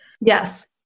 Yes